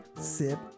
sip